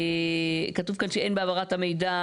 כתוב כאן שאין בהעברת המידע,